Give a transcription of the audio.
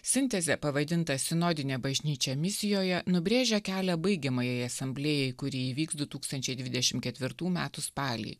sintezė pavadinta sinodinė bažnyčia misijoje nubrėžia kelią baigiamajai asamblėjai kuri įvyks du tūkstančiai dvidešimt ketvirtų metų spalį